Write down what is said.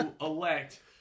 elect